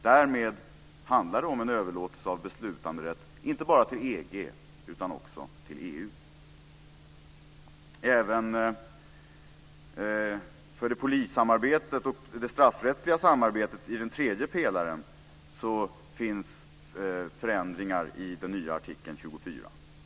Därmed handlar det om en överlåtelse av beslutanderätt, inte bara till EG utan också till Även för polissamarbetet och det straffrättsliga samarbetet i den tredje pelaren finns det förändringar i den nya artikeln 24.